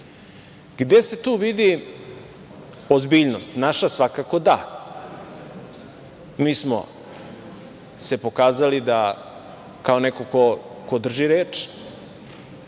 se tu vidi ozbiljnost? Naša svakako da. Mi smo se pokazali kao neko ko drži reč